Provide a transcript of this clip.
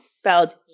spelled